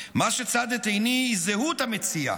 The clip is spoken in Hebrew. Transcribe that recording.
מה שצד את עיני זה זהות המציע,